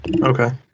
Okay